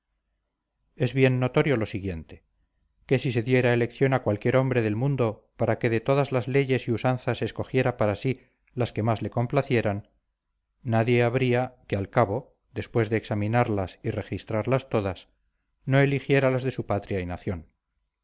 es bien notorio lo siguiente que si se diera elección a cualquier hombre del mundo para que de todas las leyes y usanzas escogiera para sí las que más le complacieran nadie habría que al cabo después de examinarlas y registrarlas todas no eligiera las de su patria y nación